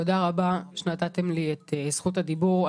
תודה רבה שנתתם לי את זכות הדיבור.